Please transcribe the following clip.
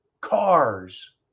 cars